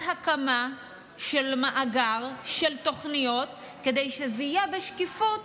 הקמה של מאגר תוכניות כדי שזה יהיה בשקיפות